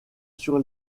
sur